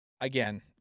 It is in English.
again